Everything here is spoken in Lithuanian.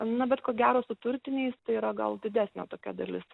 na bet ko gero su turtiniais tai yra gal didesnė tokia dalis